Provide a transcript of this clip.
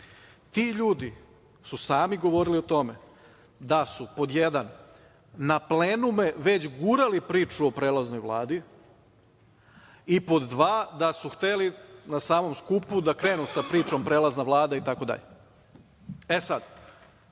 Ti ljudi su sami govorili o tome da su, pod jedan, na plenume, već gurali priču o prelaznoj Vladi i, pod dva, da su hteli na samom skupu da krenu sa pričom prelazna Vlada itd. Sad,